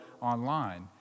online